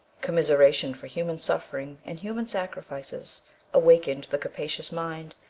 commiseration for human suffering and human sacrifices awakened the capacious mind,